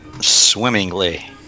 Swimmingly